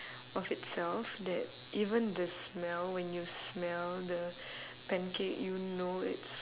of itself that even the smell when you smell the pancake you know it's